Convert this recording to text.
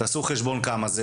תעשו חשבון כמה זה